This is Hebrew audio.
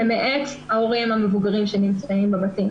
למעט ההורים המבוגרים שנמצאים בבתים,